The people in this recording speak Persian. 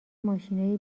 ماشینای